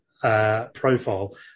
profile